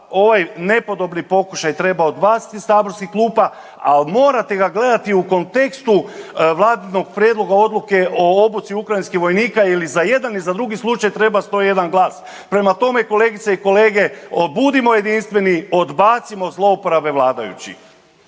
ovaj nepodobni pokušaj treba odbaciti iz saborskih klupa, a morate ga gledati u kontekstu Vladinog prijedloga Odluke o obuci ukrajinskih vojnika jer i za jedna i za drugi slučaj treba 101 glas. Prema tome kolegice i kolege, budimo jedinstveni, odbacimo zlouporabe vladajućih.